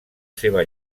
seva